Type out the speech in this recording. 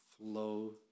flow